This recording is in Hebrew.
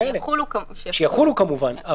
שיחולו כמובן.